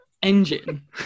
engine